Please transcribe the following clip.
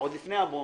עוד לפני הבונוס